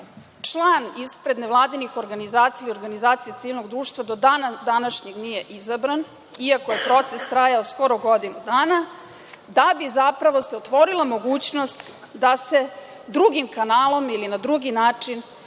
član ispred nevladinih organizacija i organizacija civilnog društva do dana današnjeg nije izabran, iako je proces trajao skoro godinu dana, da bi se zapravo otvorila mogućnost da se drugim kanalom ili na drugi način